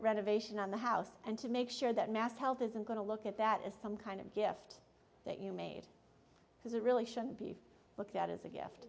renovation on the house and to make sure that mass health isn't going to look at that as some kind of gift that you made because it really should be looked at as a gift